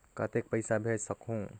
कतेक पइसा भेज सकहुं?